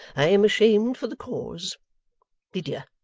i am ashamed for the cause lydia,